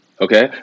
Okay